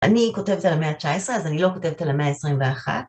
אני כותבת על המאה התשע עשרה אז אני לא כותבת על המאה העשרים ואחת.